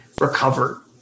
recover